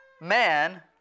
man